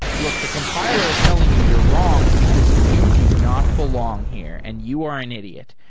look, the compiler is telling you you're wrong, because you do not belong here, and you are an idiot.